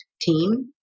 team